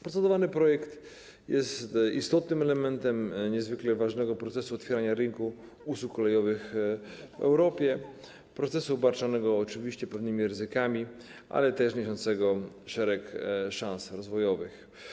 Procedowany projekt jest istotnym elementem niezwykle ważnego procesu otwierania rynku usług kolejowych w Europie, procesu obarczonego oczywiście pewnymi ryzykami, ale też niosącego szereg szans rozwojowych.